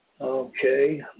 Okay